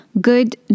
Good